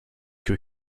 que